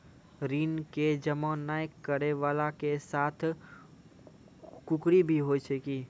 ऋण के जमा नै करैय वाला के साथ कुर्की भी होय छै कि?